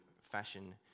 fashion